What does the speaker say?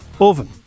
oven